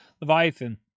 Leviathan